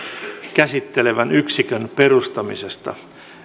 käsittelevän yksikön perustamisesta